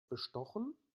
bestochen